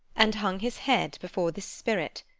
and hung his head before this spirit.